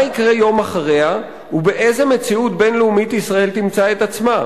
מה יקרה יום אחריה ובאיזו מציאות בין-לאומית ישראל תמצא את עצמה.